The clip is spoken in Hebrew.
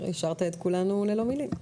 השארת את כולנו ללא מילים.